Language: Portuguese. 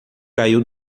caiu